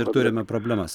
ir turime problemas